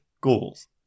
goals